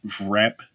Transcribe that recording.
wrap